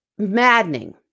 Maddening